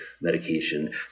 medication